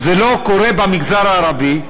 זה לא קורה במגזר הערבי,